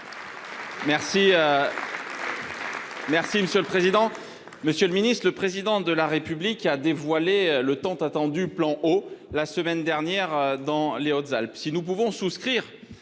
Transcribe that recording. Merci monsieur le président. Monsieur le Ministre, le président de la République a dévoilé le tant attendu plan au la semaine dernière dans les Hautes-Alpes.